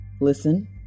Listen